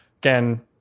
again